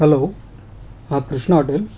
hello हा Krishna hotel